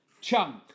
Chunk